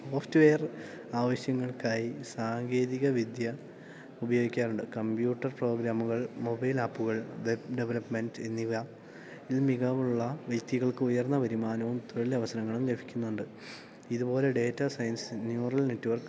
software ആവശ്യങ്ങൾക്കായി സാങ്കേതിക വിദ്യ ഉപയോഗിക്കാറുണ്ട് കമ്പ്യൂട്ടർ പ്രോഗ്രാമുകൾ മൊബൈൽ ആപ്പുകൾ വെബ് ഡെവലപ്മെൻറ്റ് എന്നിവ ഇൽ മികവുള്ള വ്യക്തികൾക്ക് ഉയർന്ന വരുമാനവും തൊഴിലവസരങ്ങളും ലഭിക്കുന്നുണ്ട് ഇതുപോലെ ഡേറ്റാ സയൻസ് ന്യൂറൽ നെറ്റ്വർക്ക്